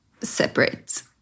separate